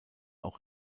auch